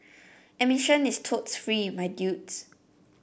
admission is totes free my dudes